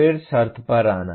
फिर शर्त पर आना